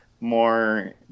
more